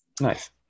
Nice